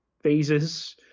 phases